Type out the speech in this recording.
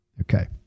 Okay